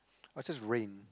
I just rain